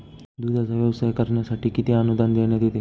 दूधाचा व्यवसाय करण्यासाठी किती अनुदान देण्यात येते?